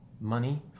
money